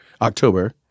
October